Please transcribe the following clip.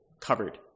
covered